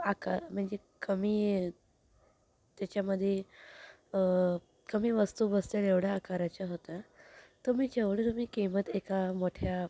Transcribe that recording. आकार म्हणजे कमी त्याच्यामध्ये कमी वस्तु बसत्यान एवढ्या आकाराच्या होत्या तुम्ही जेवढं तुम्ही किंमत एका मोठ्या